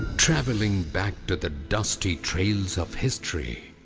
traveling back through the dusty trails of history,